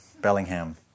Bellingham